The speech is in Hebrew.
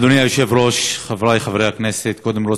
אדוני היושב-ראש, חברי חברי הכנסת, קודם כול,